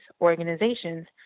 organizations